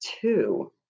two